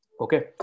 okay